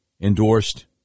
endorsed